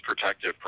protective